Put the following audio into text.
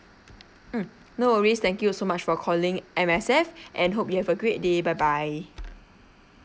mm no worries thank you so much for calling M_S_F and hope you have a great day bye bye